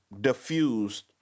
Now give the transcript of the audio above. diffused